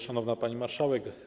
Szanowna Pani Marszałek!